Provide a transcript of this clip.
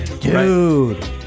Dude